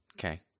Okay